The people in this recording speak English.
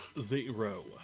Zero